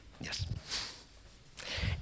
Yes